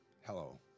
Hello